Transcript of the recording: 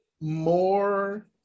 more